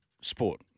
sport